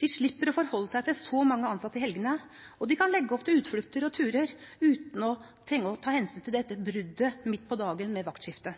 De slipper å forholde seg til så mange ansatte i helgene, og de kan legge opp til utflukter og turer uten å trenge å ta hensyn til dette bruddet midt på dagen med